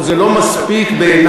אבל זה לא מספיק בעיני,